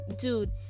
dude